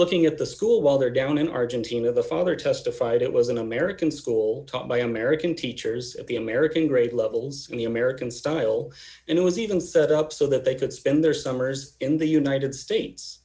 looking at the school while they're down in argentina the father testified it was an american school d taught by american teachers at the american grade levels in the american style and it was even set up so that they could spend their summers in the united states